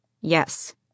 yes